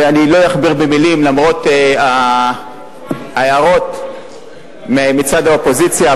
ואני לא אכביר מלים למרות ההערות מצד האופוזיציה,